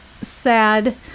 sad